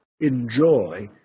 enjoy